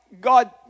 God